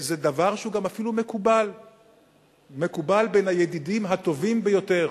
זה דבר שאפילו מקובל בין הידידים הטובים ביותר.